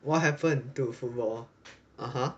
what happen to football (uh huh)